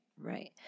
Right